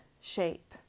shape